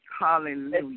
Hallelujah